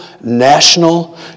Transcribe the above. national